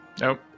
Nope